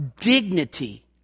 dignity